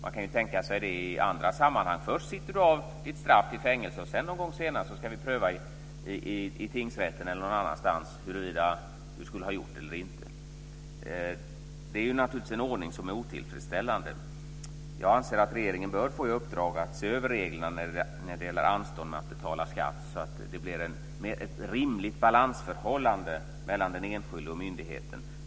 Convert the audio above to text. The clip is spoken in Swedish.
Man kan ju tänka sig detta i andra sammanhang: Först sitter du av ditt straff i fängelse, sedan någon gång ska vi pröva i tingsrätten eller någon annanstans huruvida du skulle ha gjort det eller inte. Det är naturligtvis en ordning som är otillfredsställande. Jag anser att regeringen bör få i uppdrag att se över reglerna när det gäller anstånd med att betala skatt så att det blir ett mer rimligt balansförhållande mellan den enskilde och myndigheten.